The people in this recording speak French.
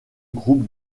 groupe